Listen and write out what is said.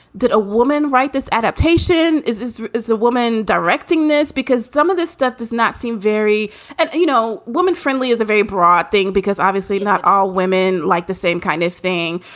did a woman write this adaptation? is this is a woman directing this because some of this stuff does not seem very and you know, woman friendly is a very broad thing because obviously not all women like the same kind of thing.